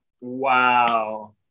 wow